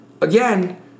again